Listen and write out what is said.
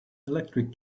electric